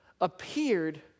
appeared